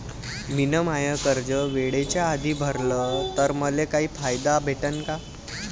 मिन माय कर्ज वेळेच्या आधी भरल तर मले काही फायदा भेटन का?